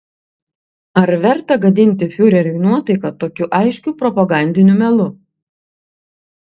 ar verta gadinti fiureriui nuotaiką tokiu aiškiu propagandiniu melu